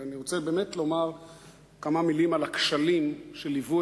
אני רוצה לומר כמה מלים על הכשלים שליוו